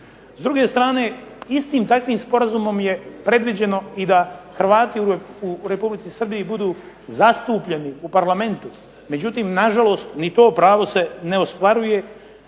S druge strane istim takvim sporazumom je predviđeno da Hrvati u Republici Srbiji budu zastupljeni u parlamentu, na žalost niti se to pravo poštuje